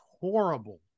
horrible